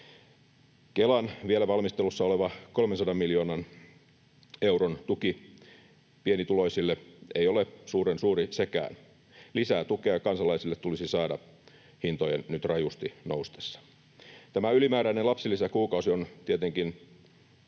Kelan vielä valmistelussa oleva 300 miljoonan euron tuki pienituloisille ei ole suuren suuri sekään. Lisää tukea kansalaisille tulisi saada hintojen nyt rajusti noustessa. Tämä ylimääräinen lapsilisäkuukausi on tietenkin